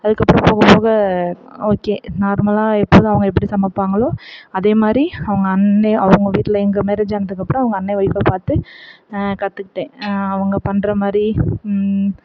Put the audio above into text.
அதுக்கப்புறம் போக போக ஓகே நார்மலாக எப்போதும் அவங்க எப்படி சமைப்பாங்களோ அதே மாதிரி அவங்க அண்ணன் அவங்க வீட்டில் எங்கள் மேரேஜ் ஆனதுக்கப்புறோம் அவங்க அண்ணன் ஃவைப்பை பார்த்து கற்றுக்கிட்டேன் அவங்க பண்ணுற மாதிரி